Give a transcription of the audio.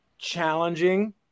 challenging